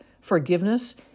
forgiveness